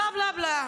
בלה-בלה-בלה.